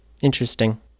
Interesting